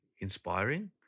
inspiring